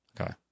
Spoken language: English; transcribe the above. Okay